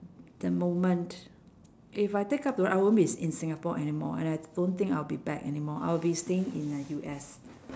the moment if I take up the r~ I won't be in singapore anymore and I don't think I will be back anymore I will be staying in the U_S